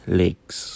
legs